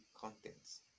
contents